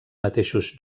mateixos